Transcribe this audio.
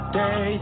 day